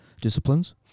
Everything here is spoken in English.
disciplines